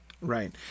Right